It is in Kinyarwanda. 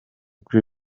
kuri